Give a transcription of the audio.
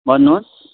भन्नुहोस्